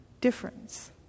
difference